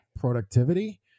productivity